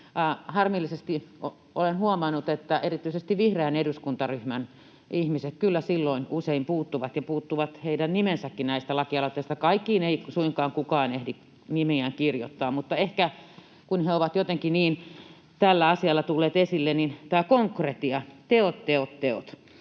Harmillisesti olen huomannut, että erityisesti vihreän eduskuntaryhmän ihmiset kyllä silloin usein puuttuvat ja puuttuvat heidän nimensäkin näistä lakialoitteista. Kaikkiin ei suinkaan kukaan ehdi nimeään kirjoittaa, mutta kun he ovat jotenkin niin tällä asialla tulleet esille, niin ehkä tämä konkretia — teot, teot, teot.